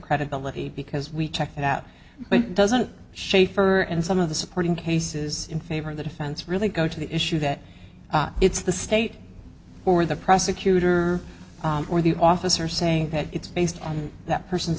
credibility because we checked it out but doesn't schaffer and some of the supporting cases in favor of the defense really go to the issue that it's the state or the prosecutor or the officer saying it's based on that person's